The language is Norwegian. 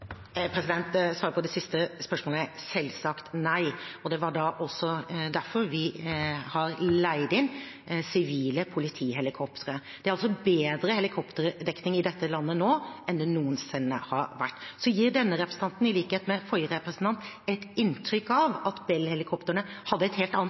Svaret på det siste spørsmålet er selvsagt nei, og det er også derfor vi har leid inn sivile politihelikoptre. Det er bedre helikopterdekning i dette landet nå enn det noensinne har vært. Så gir denne representanten, i likhet med forrige representant, et inntrykk av at Bell-helikoptrene hadde et helt annet